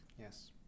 Yes